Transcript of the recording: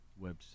website